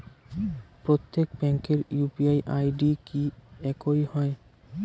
প্রত্যেক ব্যাংকের UPI ID কি একই হয়?